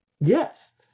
Yes